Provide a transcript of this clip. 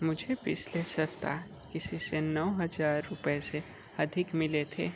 क्या मुझे पिछले सप्ताह किसी से नौ हजार रुपये से अधिक मिले थे